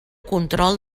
control